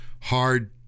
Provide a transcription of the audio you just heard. hard